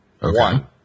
One